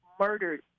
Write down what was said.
murdered